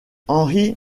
henry